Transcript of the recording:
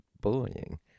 bullying